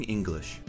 English 。